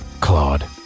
Claude